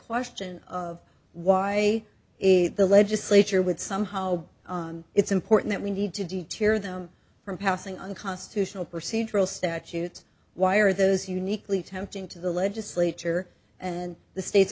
question of why is the legislature would somehow it's important that we need to do tear them from passing unconstitutional procedural statutes why are those uniquely tempting to the legislature and the states